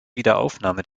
wiederaufnahme